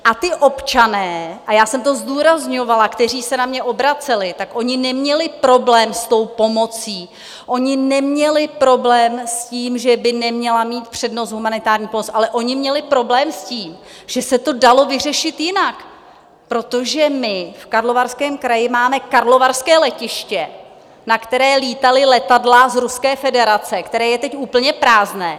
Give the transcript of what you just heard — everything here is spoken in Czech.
A ti občané, a to jsem zdůrazňovala, kteří se na mě obraceli, tak oni neměli problém s tou pomocí, oni neměli problém s tím, že by neměla mít přednost humanitární pomoc, ale oni měli problém s tím, že se to dalo vyřešit jinak, protože my v Karlovarském kraji máme karlovarské letiště, na které lítala letadla z Ruské federace, které je teď úplně prázdné.